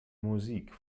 musik